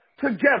Together